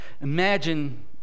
imagine